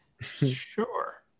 sure